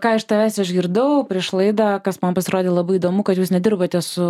ką iš tavęs išgirdau prieš laidą kas man pasirodė labai įdomu kad jūs nedirbote su